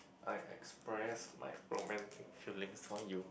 I express my romantic feelings for you